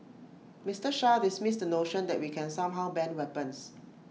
Mister Shah dismissed the notion that we can somehow ban weapons